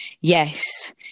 yes